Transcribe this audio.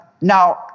now